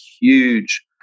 huge